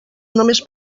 només